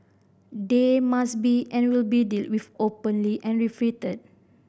they must be and will be dealt with openly and refuted